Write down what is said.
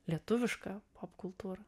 lietuvišką popkultūrą